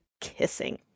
kissing